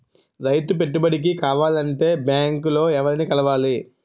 రైతు పెట్టుబడికి కావాలంటే బ్యాంక్ లో ఎవరిని కలవాలి?